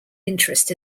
interest